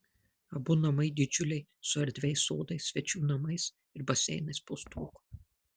abu namai didžiuliai su erdviais sodais svečių namais ir baseinais po stogu